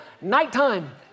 Nighttime